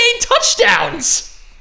touchdowns